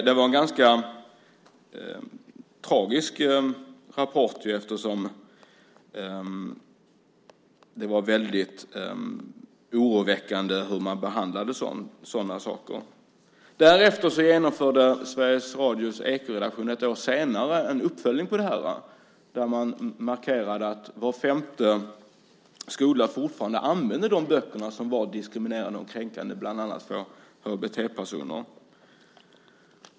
Det var en ganska tragisk rapport, och det var oroväckande att se hur man behandlade sådana saker. Ett år senare gjorde Sveriges Radios Ekoredaktion en uppföljning där man markerade att var femte skola fortfarande använde de böcker som var diskriminerande och kränkande bland annat för HBT-personer.